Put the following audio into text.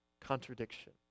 contradiction